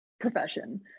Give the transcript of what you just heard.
profession